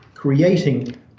Creating